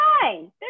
fine